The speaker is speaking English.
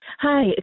Hi